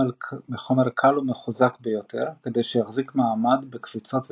קל ומחוזק ביותר כדי שיחזיק מעמד בקפיצות וטלטלות.